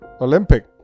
Olympic